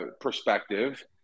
perspective